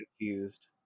confused